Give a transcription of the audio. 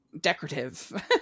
decorative